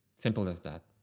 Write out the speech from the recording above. simple as that.